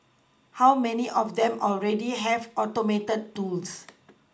how many of them already have Automated tools